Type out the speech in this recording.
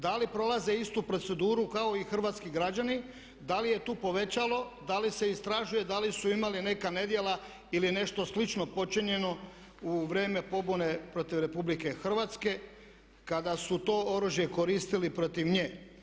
Da li prolaze istu proceduru kao i hrvatski građani, da li je tu povećalo, da li se istražuje da li su imali neka nedjela ili nešto slično počinjeno u vrijeme pobune protiv RH kada su to oružje koristili protiv nje.